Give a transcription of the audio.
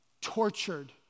tortured